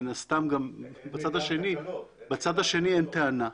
אז מן הסתם בצד השני אין טענה.